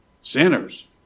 Sinners